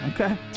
Okay